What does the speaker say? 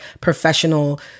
professional